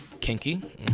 kinky